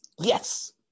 Yes